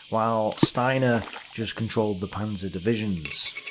while steiner just controlled the panzer divisions.